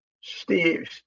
Steve